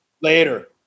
Later